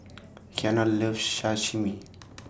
Kiana loves Sashimi